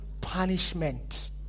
punishment